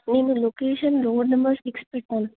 నేను location road number six పెట్టాను